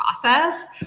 process